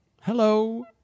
Hello